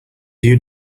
you